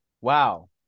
Wow